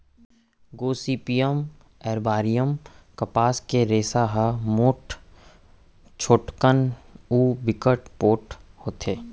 Gossypium arboreum कपसा के रेसा ह मोठ, छोटकन अउ बिकट पोठ होथे